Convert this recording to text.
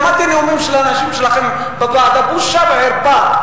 שמעתי נאומים של האנשים שלכם בוועדה, בושה וחרפה.